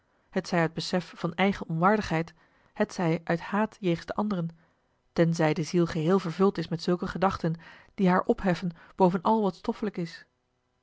hetzij uit besef van eigen onwaardigheid hetzij uit haat jegens de anderen tenzij de ziel geheel vervuld is met zulke gedachten die haar opheffen boven al wat stoffelijk is